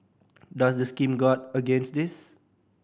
does the scheme guard against this